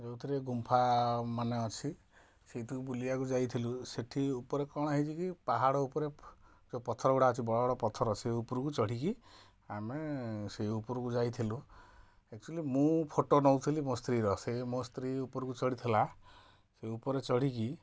ଯେଉଁଥିରେ ଗୁମ୍ଫାମାନେ ଅଛି ସେଉଠୁଁ ବୁଲିବାକୁ ଯାଇଥିଲୁ ସେଠି ଉପରେ କ'ଣ ହେଇଛି କି ପାହାଡ଼ ଉପରେ ଯେଉଁ ପଥରଗୁଡ଼ା ଅଛି ବଡ଼ ବଡ଼ ପଥର ସେ ଉପରକୁ ଚଢ଼ିକି ଆମେ ସେଇ ଉପରକୁ ଯାଇଥିଲୁ ଆକ୍ଚୁଆଲି ମୁଁ ଫଟୋ ନେଉଥିଲି ମୋ ସ୍ତ୍ରୀର ସେ ମୋ ସ୍ତ୍ରୀ ଉପରକୁ ଚଢ଼ିଥିଲା ସେ ଉପରେ ଚଢ଼ିକି